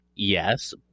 Yes